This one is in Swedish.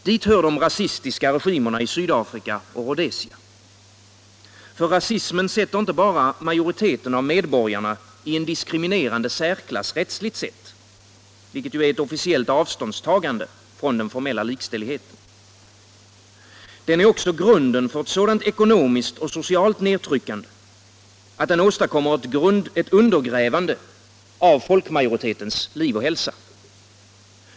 Dit hör de rasistiska regimerna i Sydafrika och Rhodesia. Rasismen sätter inte bara majoriteten av medborgarna i en diskriminerande särklass rättsligt sett — vilket är ett officiellt avståndstagande från den formella likställigheten. Den är också grunden för ett sådant ekonomiskt och socialt nedtryckande att den åstadkommer ett undergrävande av folkmajoritetens liv och hälsa.